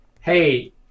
hey